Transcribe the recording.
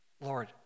Lord